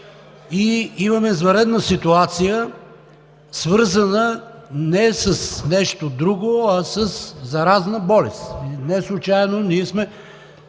Имаме извънредна ситуация, свързана не с нещо друго, а със заразна болест. И неслучайно ние сме